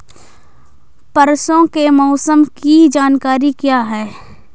परसों के मौसम की जानकारी क्या है?